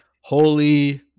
holy